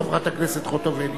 חברת הכנסת חוטובלי.